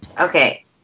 Okay